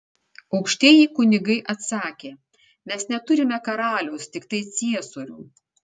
aukštieji kunigai atsakė mes neturime karaliaus tiktai ciesorių